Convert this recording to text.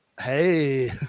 Hey